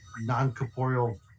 non-corporeal